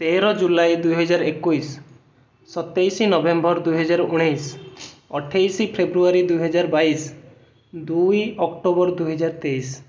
ତେର ଜୁଲାଇ ଦୁଇହଜାର ଏକୋଇଶ ସତେଇଶହ ନଭେମ୍ବର ଦୁଇହଜାର ଉଣେଇଶହ ଅଠେଇଶ ଫେବୃୟାରୀ ଦୁଇହଜାର ବାଇଶ ଦୁଇ ଅକ୍ଟୋବର ଦୁଇ ହଜାର ତେଇଶ